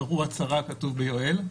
קראו עצרה" כתוב ביואל.